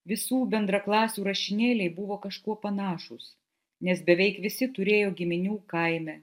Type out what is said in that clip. visų bendraklasių rašinėliai buvo kažkuo panašūs nes beveik visi turėjo giminių kaime